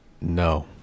no